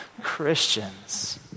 Christians